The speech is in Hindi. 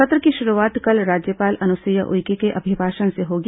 सत्र की शुरूआत कल राज्यपाल अनुसुईया उइके के अभिभाषण से होगी